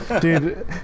dude